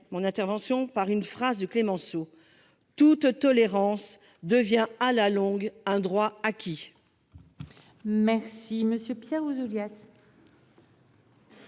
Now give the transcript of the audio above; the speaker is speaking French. mon intervention par une phrase du Clemenceau :« Toute tolérance devient à la longue un droit acquis. » La parole est à M. Pierre Ouzoulias,